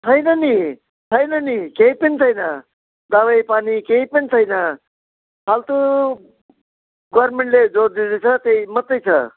छैन नि छैन नि केही पनि छैन दबाई पानी केही पनि छैन फाल्टु गभर्मेन्टले जो दिँदैछ त्यही मात्रै छ